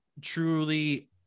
truly